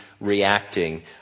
reacting